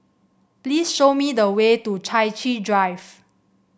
please show me the way to Chai Chee Drive